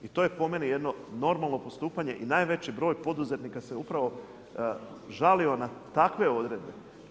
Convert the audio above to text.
I to je po meni jedno normalno postupanje i najveći broj poduzetnika se upravo žalio na takve odredbe.